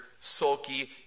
sulky